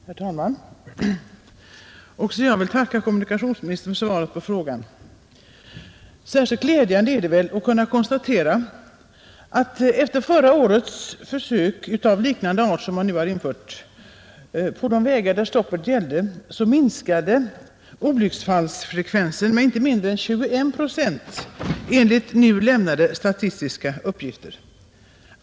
Herr talman! Också jag vill tacka kommunikationsministern för svaret. Särskilt glädjande är det väl att kunna konstatera att efter förra årets försök med stopp för den tunga trafiken liknande dem man nu infört minskade antalet olycksfall på de vägar där stoppet gällde med inte mindre än 21 procent enligt nu lämnade statistiska uppgifter.